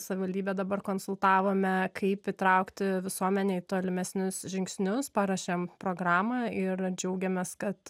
savivaldybę dabar konsultavome kaip įtraukti visuomenę į tolimesnius žingsnius paruošėm programą ir džiaugiamės kad